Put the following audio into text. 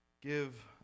Give